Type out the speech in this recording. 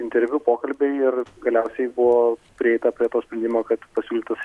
interviu pokalbiai ir galiausiai buvo prieita prie to sprendimo kad pasiūlytos